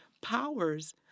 Powers